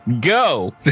go